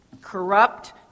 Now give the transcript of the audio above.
Corrupt